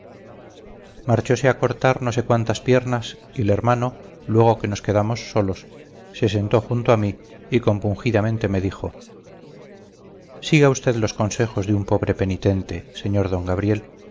marchose a cortar no sé cuántas piernas y el hermano luego que nos quedamos solos se sentó junto a mí y compungidamente me dijo siga usted los consejos de un pobre penitente sr d gabriel